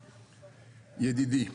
ידידי.